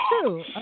true